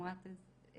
מועתז,